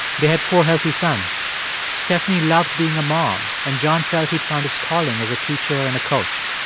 they had four healthy sons stephanie loved being a mom, and john felt he'd found his calling as a teacher and a coach.